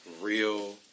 real